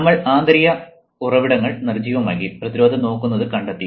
നമ്മൾ ആന്തരിക ഉറവിടങ്ങൾ നിർജ്ജീവമാക്കി പ്രതിരോധം നോക്കുന്നത് കണ്ടെത്തി